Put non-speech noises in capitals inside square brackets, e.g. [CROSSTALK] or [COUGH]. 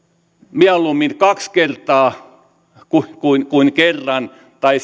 mieluummin kaksi kertaa kuin kuin kerran tai [UNINTELLIGIBLE]